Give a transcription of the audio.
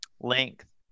length